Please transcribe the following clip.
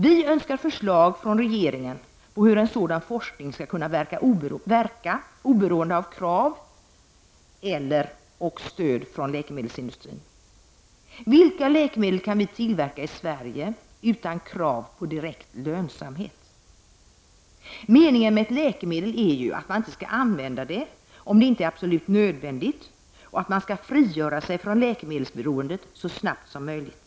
Vi önskar förslag från regeringen på hur en sådan forskning skall kunna verka oberoende av krav och/eller och stöd från läkemedelsindustrin. Vilka läkemedel kan vi tillverka i Sverige utan direkt krav på lönsamhet? Meningen med ett läkemedel är ju att man inte skall använda det om det inte är absolut nödvändigt, och att man skall frigöra sig från läkemedelsberoendet så snart som möjligt.